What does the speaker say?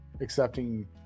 accepting